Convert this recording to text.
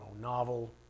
novel